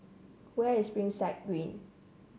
where is Springside Green